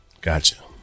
Gotcha